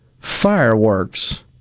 fireworks